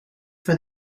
for